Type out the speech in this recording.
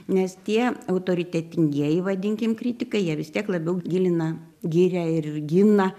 nes tie autoritetingieji vadinkim kritikai jie vis tiek labiau gilina giria ir gina